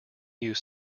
use